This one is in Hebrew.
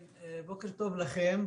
בוקר טוב לכם.